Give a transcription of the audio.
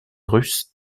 russe